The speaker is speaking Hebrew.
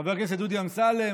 חבר הכנסת דודי אמסלם,